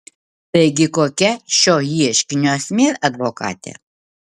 taigi kokia šio ieškinio esmė advokate